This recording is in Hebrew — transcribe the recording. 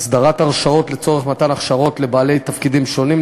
3. הסדרת הרשאות לצורך מתן הכשרות לבעלי תפקידים שונים,